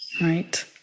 right